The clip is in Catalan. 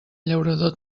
llaurador